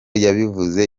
yabivuze